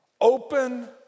open